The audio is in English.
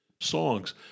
songs